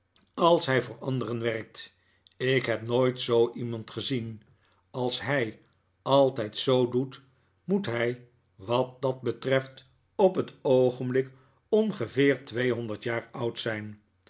als hij voor anderen werkt ik heb nooit zoo iemand gezien als hij altijd zoo doet moet hij wat dat betreft op t oogenblik ongeveer tweehonderd jaar oud zijn